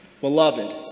beloved